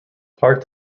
part